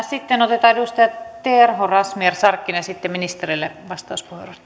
sitten otetaan edustajat terho razmyar ja sarkkinen sitten ministerille vastauspuheenvuoro